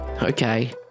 okay